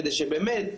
כדי שבאמת,